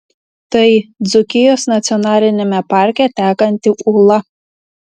tai dzūkijos nacionaliniame parke tekanti ūla